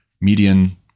median